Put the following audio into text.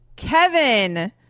Kevin